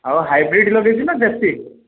ଆଉ ହାଇବ୍ରିଡ଼ ଲଗାଇଛୁ ନା ଦେଶି